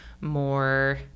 more